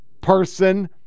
person